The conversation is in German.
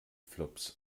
flops